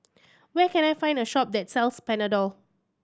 where can I find a shop that sells Panadol